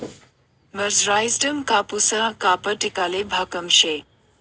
मरसराईजडं कापूसनं कापड टिकाले भक्कम शे